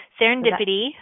serendipity